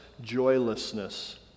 joylessness